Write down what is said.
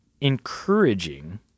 encouraging